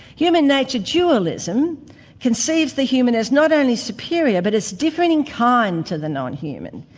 human nature dualism concedes the human as not only superior, but as differing in kind to the non-human,